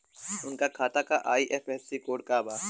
उनका खाता का आई.एफ.एस.सी कोड का बा?